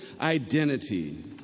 identity